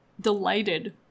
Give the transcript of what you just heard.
delighted